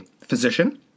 physician